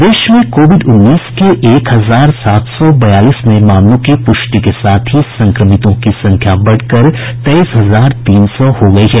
प्रदेश में कोविड उन्नीस के एक हजार सात सौ बयालीस नये मामलों की प्रष्टि के साथ ही संक्रमितों की संख्या बढ़कर तेईस हजार तीन सौ हो गयी है